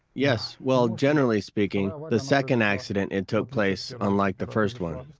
yes. well, generally speaking, the second accident, it took place, unlike the first one,